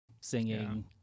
singing